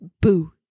boo